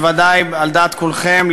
בוודאי על דעת כולכם,